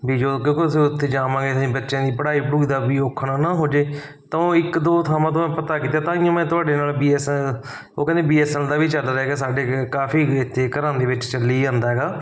ਵੀ ਜੋ ਕਿਉਂਕਿ ਅਸੀਂ ਉੱਥੇ ਜਾਵਾਂਗੇ ਅਸੀਂ ਬੱਚਿਆਂ ਦੀ ਪੜ੍ਹਾਈ ਪੜੂਈ ਦਾ ਵੀ ਔਖਾ ਨਾ ਨਾ ਹੋ ਜਾਵੇ ਤਾਂ ਉਹ ਇੱਕ ਦੋ ਥਾਵਾਂ ਤੋਂ ਮੈਂ ਪਤਾ ਕੀਤਾ ਤਾਂਹੀਓ ਮੈਂ ਤੁਹਾਡੇ ਨਾਲ ਬੀ ਐਸ ਐਨ ਐਲ ਉਹ ਕਹਿੰਦੇ ਬੀ ਐਸ ਐਨ ਐਲ ਦਾ ਵੀ ਚੱਲ ਰਿਹਾ ਗਾ ਸਾਡੇ ਗੇ ਕਾਫ਼ੀ ਗੇ ਇੱਥੇ ਘਰਾਂ ਦੇ ਵਿੱਚ ਚੱਲੀ ਜਾਂਦਾ ਹੈਗਾ